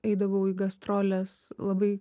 eidavau į gastroles labai